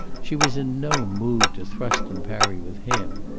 she was in no mood to thrust and parry with him.